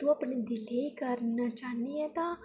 तूं अपने दिलै दी करना चाह्न्नी आं तां